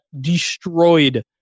destroyed